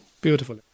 Beautiful